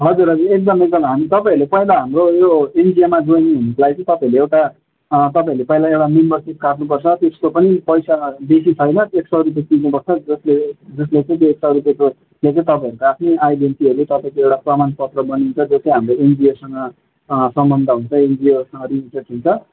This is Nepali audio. हजुर हजुर एकदम एकदम हामी तपाईँहरूले पहिला हाम्रो यो एनजिओमा जोइन हुनुलाई चाहिँ तपाईँहरूले एउटा तपाईँहरूले पहिला एउटा मेम्बरसिप काट्नु पर्छ त्यसको पनि पैसा बेसी छैन एक सौ रुपियाँ तिर्नु पर्छ जसले जसले चाहिँ एक सौ रुपियाँको त्यो चाहिँ तपाईँहरूको आफ्नै आइडेन्टेटीहरू तपाईँको एउटा प्रमाणपत्र बनिन्छ त्यो चाहिँ हाम्रो एनजिओसँग सम्बन्ध हुन्छ एनजिओसँग रिलेटेड हुन्छ